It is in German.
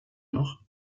noch